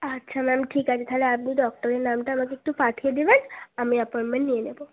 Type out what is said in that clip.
আচ্ছা ম্যাম ঠিক আছে তাহলে আপনি ডক্টরের নামটা আমাকে একটু পাঠিয়ে দেবেন আমি অ্যাপয়েন্টমেন্ট নিয়ে নেব